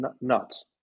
nuts